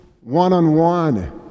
one-on-one